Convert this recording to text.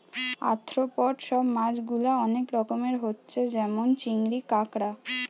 arthropod সব মাছ গুলা অনেক রকমের হচ্ছে যেমন চিংড়ি, কাঁকড়া